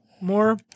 more